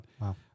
Wow